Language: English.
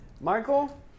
Michael